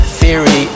theory